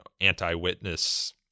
anti-witness